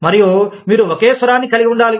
మరియు మీరు ఒకే స్వరాన్ని కలిగి ఉండాలి